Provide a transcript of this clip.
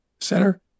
center